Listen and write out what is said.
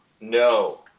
No